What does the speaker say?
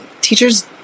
teachers